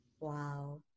wow